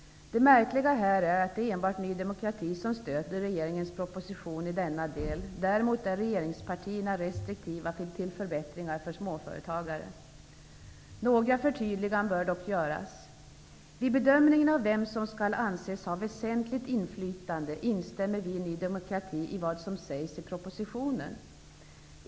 Det märkliga här är att det enbart är Ny demokrati som stöder regeringens proposition i denna del. Däremot är regeringspartierna restriktiva till förbättringar för småföretagare. Några förtydliganden bör dock göras. Vid bedömningen av vem som skall anses ha väsentligt inflytande instämmer vi i Ny demokrati i vad som sägs i propositionen.